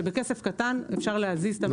שבכסף קטן אפשר להזיז את המשק הישראלי.